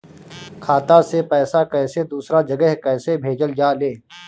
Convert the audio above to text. खाता से पैसा कैसे दूसरा जगह कैसे भेजल जा ले?